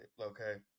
okay